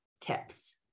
tips